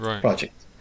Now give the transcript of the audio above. project